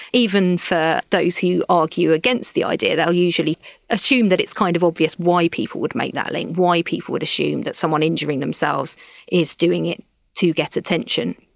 even for those who argue against the idea. they will usually assume that it's kind of obvious why people would make that link, why people would assume that someone injuring themselves is doing it to get attention.